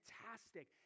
fantastic